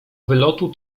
wylotu